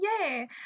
Yay